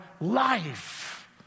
life